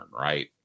right